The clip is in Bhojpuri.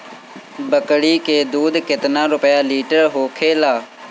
बकड़ी के दूध केतना रुपया लीटर होखेला?